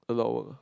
a lot work